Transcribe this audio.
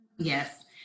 Yes